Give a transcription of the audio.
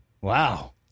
Wow